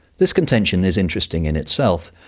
this contention is interesting in itself,